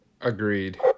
Agreed